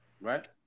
Right